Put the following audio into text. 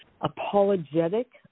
apologetic